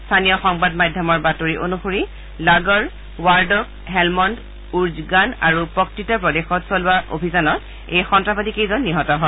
স্থানীয় সংবাদ মাধ্যমৰ বাতৰি অনুসৰি লাগৰ ৱাৰ্ডক হেলমণ্ড উৰ্জগান আৰু পক্তিতা প্ৰদেশত চলোৱা অভিযানত এই সন্নাসবাদী কেইজন নিহত হয়